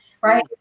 right